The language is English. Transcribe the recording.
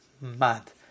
mad